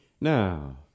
Now